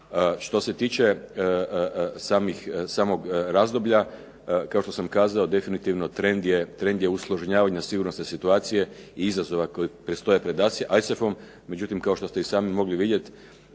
Što se tiče samog razdoblja, kao što sam kazao, definitivno trend je …/Govornik se ne razumije./… sigurnosne situacije i izazova koji predstoje pred ISAF-om. Međutim, kao što ste i sami mogli vidjet